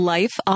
Life